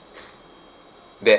that